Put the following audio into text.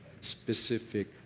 Specific